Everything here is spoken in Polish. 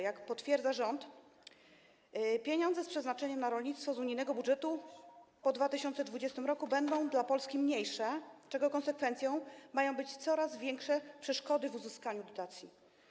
Jak potwierdza rząd, pieniądze z przeznaczeniem na rolnictwo z unijnego budżetu po 2020 r. będą dla Polski mniejsze, czego konsekwencją mają być coraz większe przeszkody w uzyskaniu dotacji.